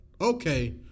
Okay